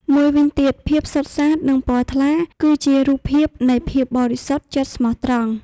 មួយវិញទៀតភាពសុទ្ធសាធ និងពណ៌ថ្លា គឺជារូបភាពនៃ ភាពបរិសុទ្ធ ចិត្ដស្មោះត្រង់។